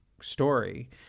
story